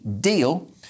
deal